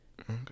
Okay